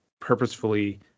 purposefully